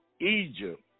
Egypt